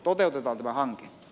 toteutetaan tämä hanke